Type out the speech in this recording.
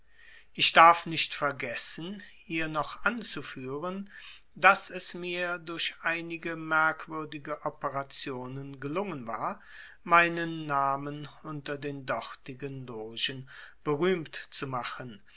ich darf nicht vergessen hier noch anzuführen daß es mir durch einige merkwürdige operationen gelungen war meinen namen unter den dortigen logen berühmt zu machen